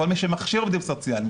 כל מי שמכשיר עובדים סוציאליים,